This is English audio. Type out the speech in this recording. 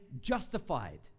justified